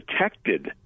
protected